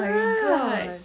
right